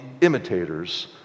imitators